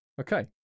Okay